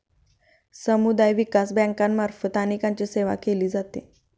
समुदाय विकास बँकांमार्फत अनेकांची सेवा केली जाते